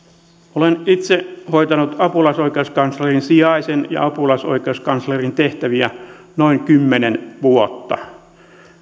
olen itse hoitanut apulaisoikeuskanslerin sijaisen ja apulaisoikeuskanslerin tehtäviä noin kymmenen vuotta